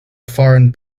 foreign